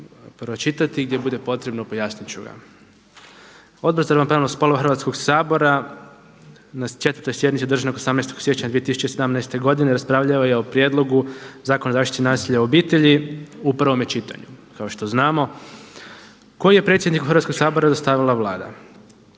pročitati gdje bude potrebno pojasnit ću ga. Odbor za ravnopravnost spolova Hrvatskog sabora na 4. sjednici održanoj 18. siječnja 2017. godine raspravljao je o prijedlogu Zakona o zaštiti nasilja u obitelji u prvome čitanju kao što znamo koji je predsjedniku Hrvatskog sabora dostavila Vlada.